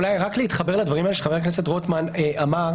אולי רק להתחבר לדברים שחבר הכנסת רוטמן אמר,